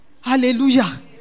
Hallelujah